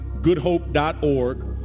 goodhope.org